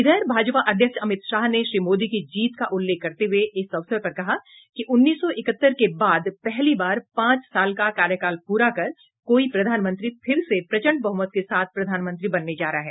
इधर भाजपा अध्यक्ष अमित शाह ने श्री मोदी की जीत का उल्लेख करते हुए इस अवसर पर कहा कि उन्नीस सौ इकहत्तर के बाद पहली बार पांच साल का कार्यकाल पूरा कर कोई प्रधानमंत्री फिर से प्रचंड बहुमत के साथ प्रधानमंत्री बनने जा रहा है